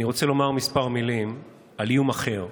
אני רוצה לומר כמה מילים על איום אחר,